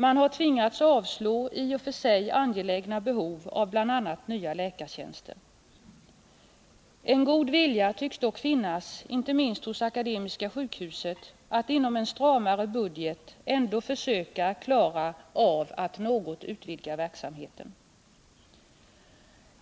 Man har inte kunnat tillgodose i och för sig angelägna behov av bl.a. nya läkartjänster. En god vilja tycks dock finnas, inte minst hos Akademiska sjukhuset, att inom en stramare budget ändå försöka klara av att något utvidga verksamheten.